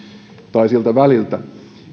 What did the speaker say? tai siltä väliltä